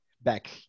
back